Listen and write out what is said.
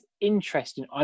interesting